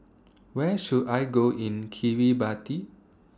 Where should I Go in Kiribati